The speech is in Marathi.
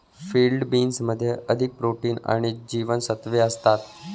फील्ड बीन्समध्ये अधिक प्रोटीन आणि जीवनसत्त्वे असतात